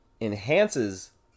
enhances